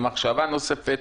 למחשבה נוספת,